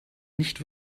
nicht